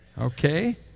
Okay